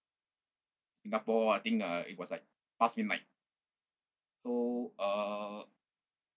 singapore uh I think uh it was like past midnight so uh